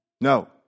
No